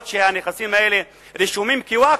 אף שהנכסים האלה רשומים כווקף,